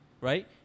right